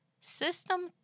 System